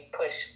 push